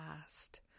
past